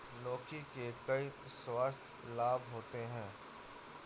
लौकी के कई स्वास्थ्य लाभ होते हैं